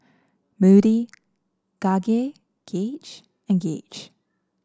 Moody Gage and Gage